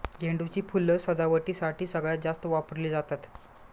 झेंडू ची फुलं सजावटीसाठी सगळ्यात जास्त वापरली जातात